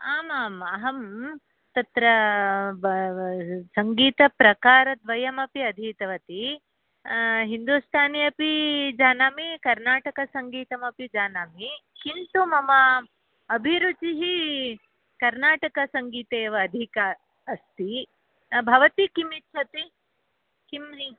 आमाम् अहं तत्र सङ्गीतप्रकारद्वयमपि अधीतवती हिन्दुस्थानी अपि जानामि कर्नाटकसङ्गीतमपि जानामि किन्तु मम अभिरुचिः कर्नाटकसङ्गीते एव अधिका अस्ति भवती किम् इच्छति किम्